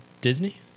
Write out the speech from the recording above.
Disney